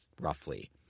roughly